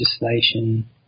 legislation